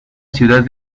ciudad